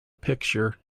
picture